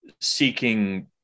seeking